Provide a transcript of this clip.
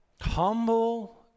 humble